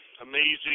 amazing